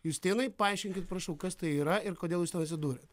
justinai paaiškinkit prašau kas tai yra ir kodėl jūs ten atsidūrėt